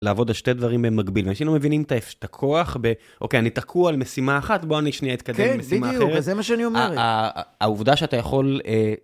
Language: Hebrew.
לעבוד על שתי דברים במקביל, ואנשים לא מבינים את הכוח ב... אוקיי, אני תקוע על משימה אחת, בואו אני שנייה אתקדם למשימה אחרת. כן, בדיוק, זה מה שאני אומר. העובדה שאתה יכול...